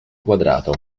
quadrato